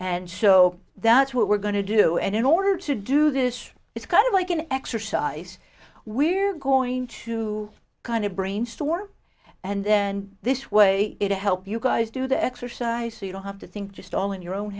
and so that's what we're going to do and in order to do this it's kind of like an exercise we're going to kind of brainstorm and then this way it help you guys do the exercise you don't have to think just all in your own